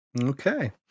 okay